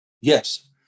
Yes